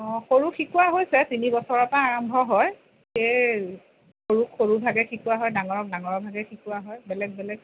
অঁ সৰুক শিকোৱা হৈছে তিনিবছৰৰ পৰা আৰম্ভ হয় এই সৰুক সৰু ভাগে শিকোৱা হয় ডাঙৰক ডাঙৰৰ ভাগে শিকোৱা হয় বেলেগ বেলেগ